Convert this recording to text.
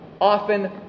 often